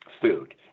food